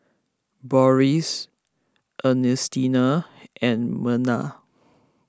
Boris Ernestina and Merna